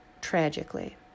Tragically